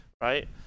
right